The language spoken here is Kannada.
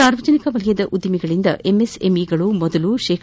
ಸಾರ್ವಜನಿಕ ವಲಯದ ಉದ್ದಿಮೆಗಳಿಂದ ಎಂಎಸ್ಎಂಇಗಳು ಮೊದಲು ಶೇ